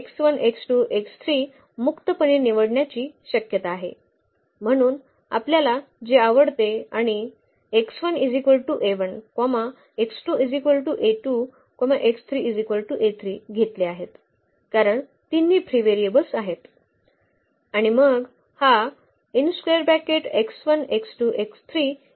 म्हणून आपल्याला जे आवडते आणि घेतले आहेत कारण तिन्ही फ्री व्हेरिएबल्स आहेत